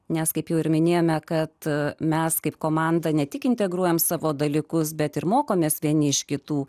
nes kaip jau ir minėjome kad mes kaip komanda ne tik integruojame savo dalykus bet ir mokomės vieni iš kitų